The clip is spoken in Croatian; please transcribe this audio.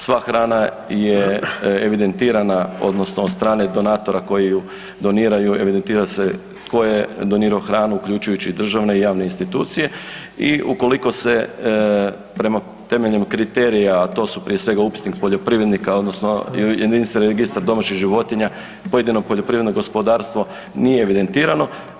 Sva hrana je evidentirana odnosno od strane donatora koji ju doniraju, evidentira se tko je donirao hranu, uključujući i državne i javne institucije i ukoliko se prema temeljem kriterija, a to su prije svega, upisnik poljoprivrednika odnosno Jedinstveni registar domaćih životinja pojedino poljoprivredno gospodarstvo nije evidentirano.